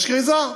יש כריזה?